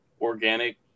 organic